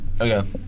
Okay